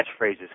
catchphrases